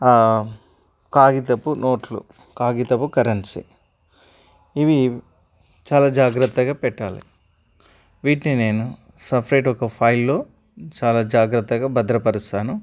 కాగితపు నోట్లు కాగితపు కరెన్సీ ఇవి చాలా జాగ్రత్తగా పెట్టాలి వీటిని నేను సపరేట్ ఒక ఫైల్లో చాలా జాగ్రత్తగా భద్రపరుస్తాను